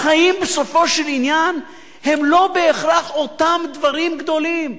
החיים בסופו של עניין הם לא בהכרח אותם דברים גדולים,